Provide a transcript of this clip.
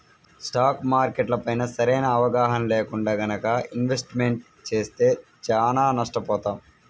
stock మార్కెట్లపైన సరైన అవగాహన లేకుండా గనక ఇన్వెస్ట్మెంట్ చేస్తే చానా నష్టపోతాం